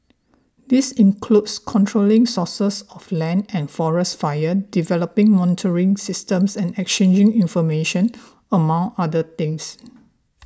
this includes controlling sources of land and forest fires developing monitoring systems and exchanging information among other things